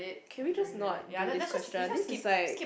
can we just not do this question this is like